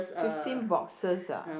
fifteen boxes ah